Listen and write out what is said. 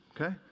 okay